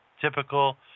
typical